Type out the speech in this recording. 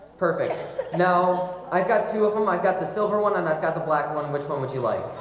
perfect now, i've got two of them. i've got the silver one and i've got the black one. which one would you like?